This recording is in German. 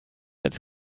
als